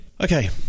Okay